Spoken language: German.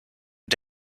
und